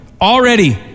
already